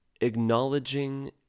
acknowledging